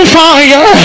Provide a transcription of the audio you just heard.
fire